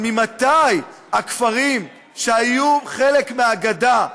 אבל ממתי הכפרים שהיו חלק מהגדה,